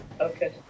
Okay